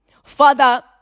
Father